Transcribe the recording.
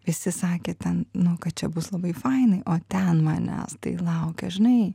visi sakė ten nu kad čia bus labai fainai o ten manęs tai laukia žinai